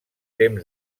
temps